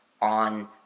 on